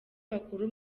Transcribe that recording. bakora